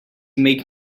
make